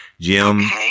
Jim